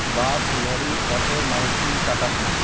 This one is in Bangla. bus lorry auto Maruti Tata Sumo